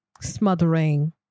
smothering